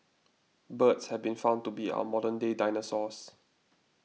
birds have been found to be our modern day dinosaurs